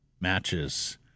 matches